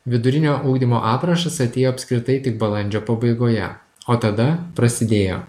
vidurinio ugdymo aprašas atėjo apskritai tik balandžio pabaigoje o tada prasidėjo